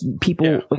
people